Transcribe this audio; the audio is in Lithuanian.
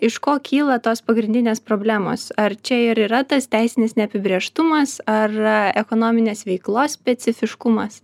iš ko kyla tos pagrindinės problemos ar čia ir yra tas teisinis neapibrėžtumas ar ekonominės veiklos specifiškumas